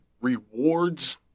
rewards